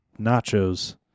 nachos